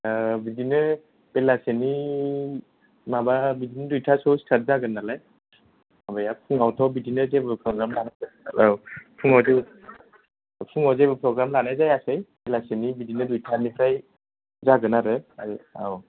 बिदिनो बेलासिनि माबा बिदिनो दुइथासोआव स्टार्ट जागोन नालाय माबाया फुङावथ' बिदिनो जेबो फग्राम लानाय औ फुङाव जेबो फुङाव जेबो फग्राम लानाय जायासै बेलासिनि बिदिनो दुइथानिफ्राय जागोन आरो औ